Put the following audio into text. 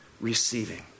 receiving